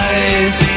Eyes